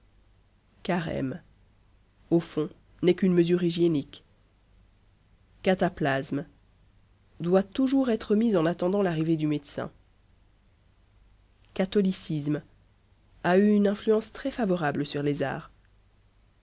carème au fond n'est qu'une mesure hygiénique cataplasme doit toujours être mis en attendant l'arrivée du médecin catholicisme a eu une influence très favorable sur les arts